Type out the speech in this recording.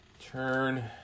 Turn